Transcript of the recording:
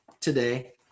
today